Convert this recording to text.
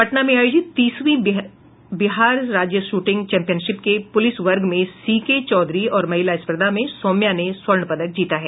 पटना में आयोजित तीसवीं बिहार राज्य सूटिंग चैंपियनशिप के पुरूष वर्ग में सीके चौधरी और महिला स्पर्धा में सौम्या ने स्पर्ण पदक जीता है